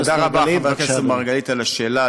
תודה רבה, חבר הכנסת מרגלית, על השאלה.